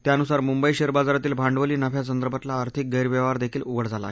त्यानुसार मुंबई शेअर बाजारातील भांडवली नफ्यासंदर्भातला आर्थिक गैरव्यवहारदेखील उघड झाला आहे